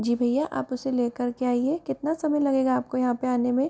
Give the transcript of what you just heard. जी भैया आप उसे लेकर के आइए कितना समय लगेगा आपको यहाँ पर आने में